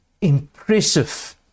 impressive